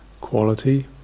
quality